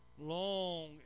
long